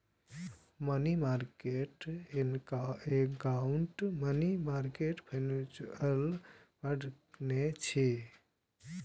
money market account money market mutual fund नै छियै